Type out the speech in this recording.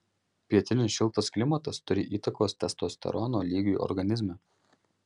pietinis šiltas klimatas turi įtakos testosterono lygiui organizme